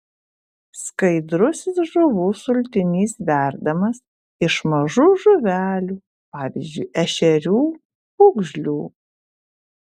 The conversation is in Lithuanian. skaidrusis žuvų sultinys verdamas iš mažų žuvelių pavyzdžiui ešerių pūgžlių